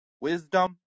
Wisdom